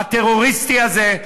הטרוריסטי הזה,